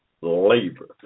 labor